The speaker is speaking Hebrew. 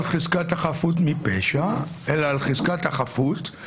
חזקת החפות מפשע אלא על חזקת החפות,